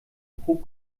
pro